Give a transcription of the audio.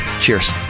Cheers